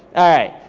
alright,